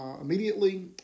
immediately